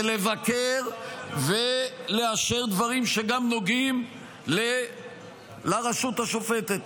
ולבקר ולאשר דברים שגם נוגעים לרשות השופטת,